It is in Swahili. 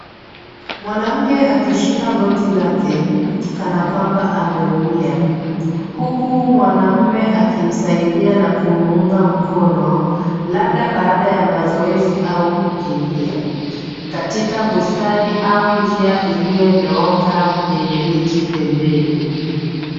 Mwanamke akishika goti lake kana kwamba ameumia huku mwanaume akimsaidia na kumuunga mkono labda baada ya mazoezi au kukimbia katika bustani au njia iliyonyooka yenye miti pembeni.